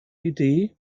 idee